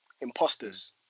Imposters